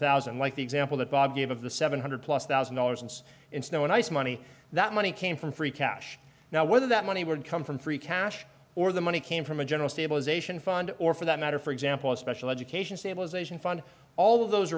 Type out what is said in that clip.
thousand like the example that bob gave of the seven hundred plus thousand dollars and in snow and ice money that money came from free cash now whether that money would come from free cash or the money came from a general stabilization fund or for that matter for example a special education stabilization fund all of those